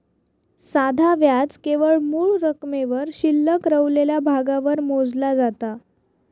साधा व्याज केवळ मूळ रकमेवर शिल्लक रवलेल्या भागावर मोजला जाता